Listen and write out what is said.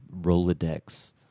Rolodex